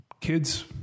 kids